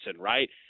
right